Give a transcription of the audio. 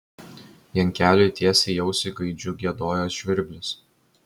jankeliui tiesiai į ausį gaidžiu giedojo žvirblis